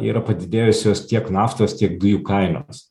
yra padidėjusios tiek naftos tiek dujų kainos